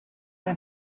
had